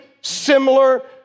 similar